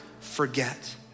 forget